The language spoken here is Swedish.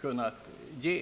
kunnat ge.